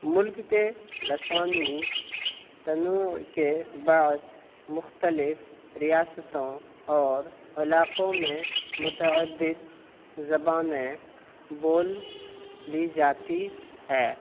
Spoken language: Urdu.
ملک کے لسانی تنوع کے بعض مختلف ریاستوں اور علاقوں میں متعدد زبانیں بولی جاتی ہیں